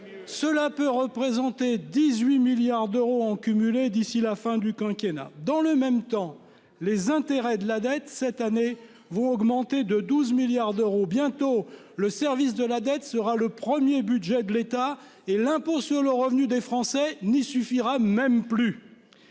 Cela peut représenter 18 milliards d'euros en cumulé d'ici la fin du quinquennat. Dans le même temps les intérêts de la dette cette année vont augmenter de 12 milliards d'euros. Bientôt le service de la dette sera le 1er budget de l'État et l'impôt sur le revenu des Français n'y suffira même plus.